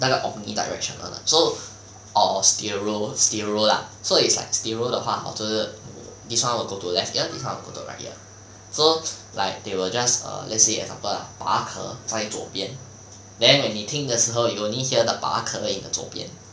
那个 omni direction lah so err stereo stereo lah so it's like stereo 的话 hor 就是 this [one] will go to left ear this [one] will go to right ear so like they will just err let's say example lah 把壳在左边 then when 你听的时候 you only hear the 把壳 in the 左边